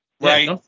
Right